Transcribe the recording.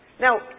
Now